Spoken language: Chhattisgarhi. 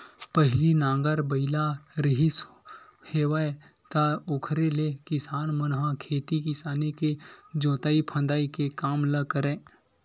पहिली नांगर बइला रिहिस हेवय त ओखरे ले किसान मन ह खेती किसानी के जोंतई फंदई के काम ल करय